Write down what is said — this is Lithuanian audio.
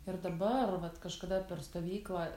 ir dabar vat kažkada per stovyklą